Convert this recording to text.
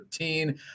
13